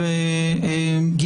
התקנוניים.